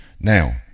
Now